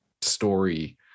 story